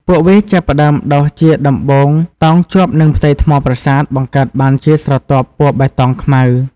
ពួកវាចាប់ផ្ដើមដុះជាដំបូងតោងជាប់នឹងផ្ទៃថ្មប្រាសាទ បង្កើតបានជាស្រទាប់ពណ៌បៃតងខ្មៅ។